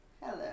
Hello